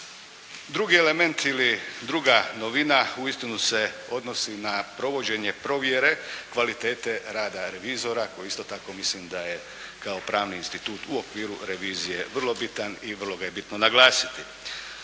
Drugi element ili druga novina uistinu se odnosi na provođenje provjere kvalitete rada revizora koji isto tako mislim da je kao pravni institut u okviru revizije vrlo bitan i vrlo ga je bitno naglasiti.